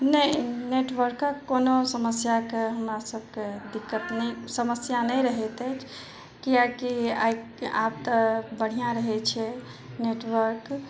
नहि नेटवर्क कोनो समस्या कऽ हमरा सबके दिक्कत नहि समस्या नहि रहैत अछि किएकि आइ आब तऽ बढ़िऑं रहै छै नेटवर्क